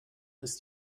ist